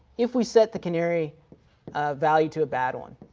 if we set the canary value to a bad one.